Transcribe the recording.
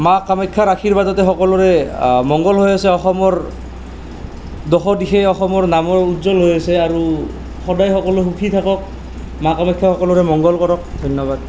মা কামাখ্যাৰ আশীৰ্বাদতে সকলোৰে মংগল হৈ আছে অসমৰ দশোদিশে অসমৰ নামো উজ্জ্বল হৈ আছে আৰু সদায় সকলো সুখী থাকক মা কামাখ্যাই সকলোৰে মংগল কৰক ধন্যবাদ